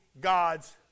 God's